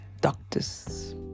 doctors